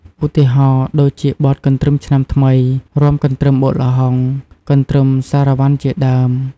ឧទាហរណ៍ដូចជាបទ កន្ទ្រឹមឆ្នាំថ្មី រាំកន្ទ្រឹមបុកល្ហុង កន្ទ្រឹមសារ៉ាវ៉ាន់ជាដើម។